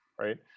right